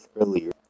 earlier